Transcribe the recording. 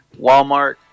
walmart